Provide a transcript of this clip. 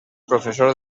professor